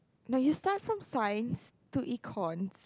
no you start from Science to Econs